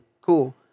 cool